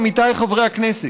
עמיתיי חברי הכנסת: